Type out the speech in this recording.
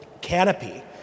canopy